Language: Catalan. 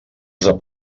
sap